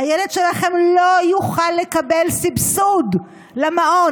הילד שלכם לא יוכל לקבל סבסוד למעון.